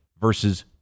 versus